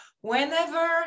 whenever